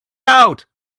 out